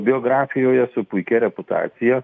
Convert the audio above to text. biografijoje su puikia reputacija